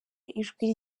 ijwi